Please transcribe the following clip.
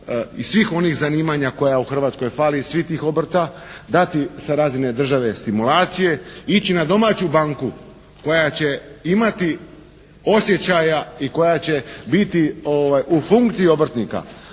i svih onih zanimanja koja u Hrvatskoj fali, svih tih obrta, dati sa razine države stimulacije, ići na domaću banku koja će imati osjećaja i koja će biti u funkciji obrtnika,